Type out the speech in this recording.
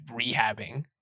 rehabbing